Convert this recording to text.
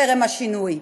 טרם השינוי.